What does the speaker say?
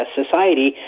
society